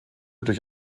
durch